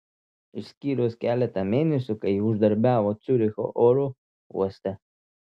išskyrus keletą mėnesių kai uždarbiavo ciuricho oro uoste